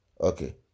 okay